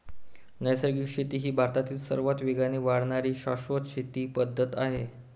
नैसर्गिक शेती ही भारतातील सर्वात वेगाने वाढणारी शाश्वत शेती पद्धत आहे